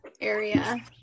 area